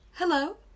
Hello